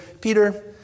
Peter